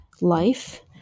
life